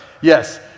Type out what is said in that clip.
yes